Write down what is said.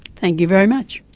thank you very much.